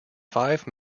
five